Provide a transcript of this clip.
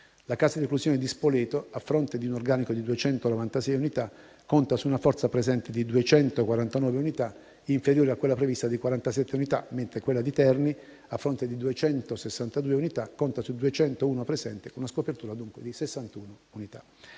La casa di reclusione di Spoleto, a fronte di un organico di 296 unità, conta su una forza presente di 249 unità, inferiore a quella prevista di 47 unità, mentre la casa circondariale di Terni, a fronte di un organico di 262 unità, conta su 201 presenze, con una scopertura dunque di 61 unità.